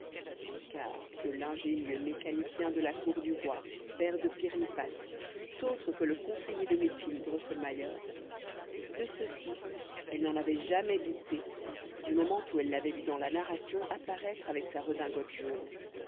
car que l'ingénieux mécanicien de la cour du roi père de pirlipate fût autre que le conseiller de médecine drosselmayer de ceci elle n'en avait jamais douté du moment où elle l'avait vu dans la narration apparaître avec sa redingote jaune